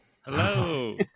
Hello